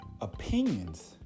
opinions